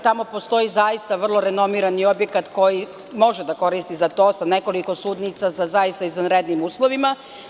Tamo postoji zaista vrlo renomirani objekat koji može da koristi za to, sa nekoliko sudnica, sa zaista izvanrednim uslovima.